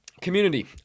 Community